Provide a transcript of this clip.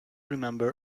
remember